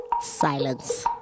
Silence